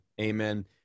Amen